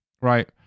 Right